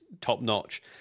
top-notch